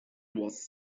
was